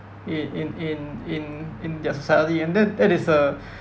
in in in in in their society and that that is a